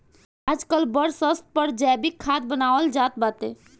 आजकल बड़ स्तर पर जैविक खाद बानवल जात बाटे